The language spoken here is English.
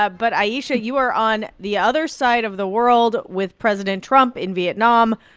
ah but ayesha, you are on the other side of the world with president trump in vietnam,